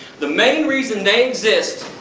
the main reason they exist,